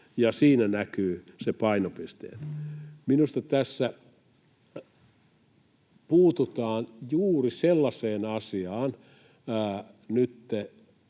siinä näkyy se painopiste. Minusta tässä puututaan juuri sellaiseen asiaan